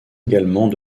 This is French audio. également